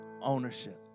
ownership